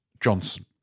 johnson